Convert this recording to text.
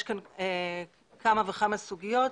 יש כאן כמה וכמה סוגיות.